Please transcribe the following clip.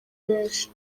benshi